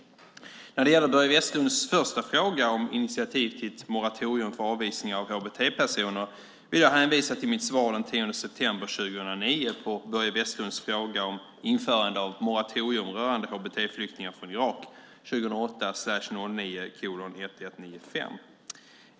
När det gäller Börje Vestlunds första fråga, om initiativ till ett moratorium för avvisningar av hbt-personer, vill jag hänvisa till mitt svar den 10 september 2009 på Börje Vestlunds fråga om införande av moratorium rörande hbt-flyktingar från Irak .